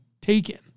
taken